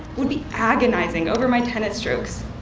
would be agonizing over my tennis strokes.